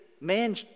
man